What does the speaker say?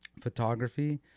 photography